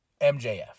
MJF